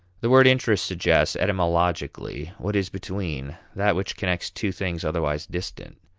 the word interest suggests, etymologically, what is between that which connects two things otherwise distant.